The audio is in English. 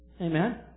amen